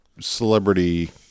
celebrity